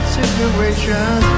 situation